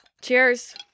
Cheers